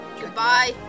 goodbye